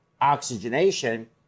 oxygenation